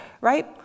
right